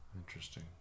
interesting